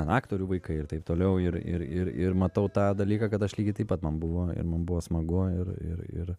aktorių vaikai ir taip toliau ir ir ir ir matau tą dalyką kad aš lygiai taip pat man buvo ir man buvo smagu ir ir ir